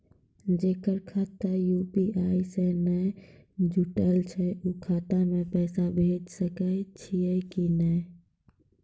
जेकर खाता यु.पी.आई से नैय जुटल छै उ खाता मे पैसा भेज सकै छियै कि नै?